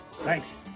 Thanks